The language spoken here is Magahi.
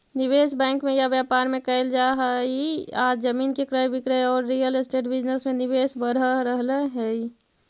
निवेश बैंक में या व्यापार में कईल जा हई आज जमीन के क्रय विक्रय औउर रियल एस्टेट बिजनेस में निवेश बढ़ रहल हई